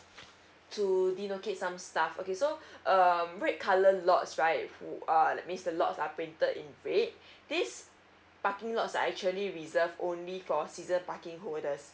to denocate some stuff okay so um red colour lots right who are that means the lots are painted in red these parking lots are actually reserve only for season parking holders